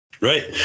right